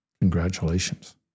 Congratulations